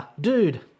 dude